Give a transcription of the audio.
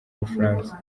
bufaransa